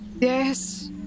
Yes